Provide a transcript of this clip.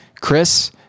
Chris